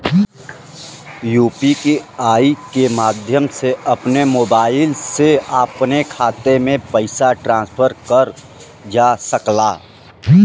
UPI के माध्यम से अपने मोबाइल से अपने खाते में पइसा ट्रांसफर करल जा सकला